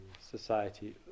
society